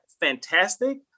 fantastic